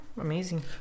amazing